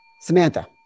Samantha